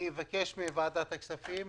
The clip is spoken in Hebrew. אני מבקש מוועדת הכספים,